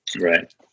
Right